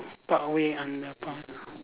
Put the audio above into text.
parkway underpass